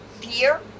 beer